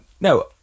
no